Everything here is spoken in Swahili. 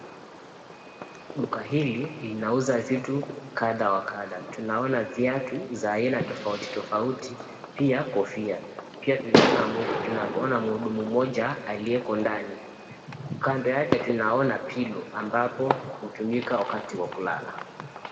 Duka hili linauza vitu kadha wa kadha tunaona viatu za aina tofauti tofauti. Pia kofia pia tunaona muhudumu mmoja akiweko ndani kando yake tunaona pillow ambapo hutumika wakati wa kulala.